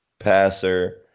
passer